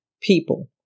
people